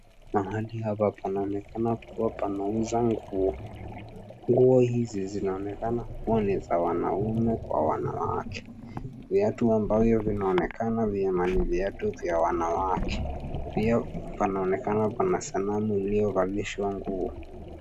Mahali hapa panaonekana kuwa panauzwa nguo. Nguo hizi zinaonekana kuwa ni za wanaume kwa wanawake. Viatu ambavyo vinaonekana vyema ni viatu vya wanawake. Pia panaonekana pana sanamu iliyovalishwa nguo.